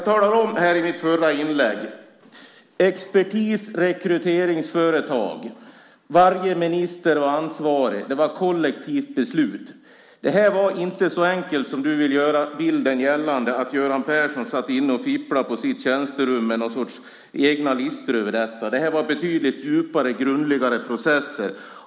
I mitt förra inlägg talade jag om expertis och rekryteringsföretag, att varje minister var ansvarig och att det var ett kollektivt beslut. Detta var inte så enkelt som du vill göra gällande, nämligen att Göran Persson satt och fipplade på sitt tjänsterum med egna listor. Man hade betydligt djupare och grundligare processer.